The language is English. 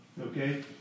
Okay